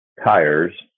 tires